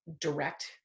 direct